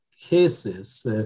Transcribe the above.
cases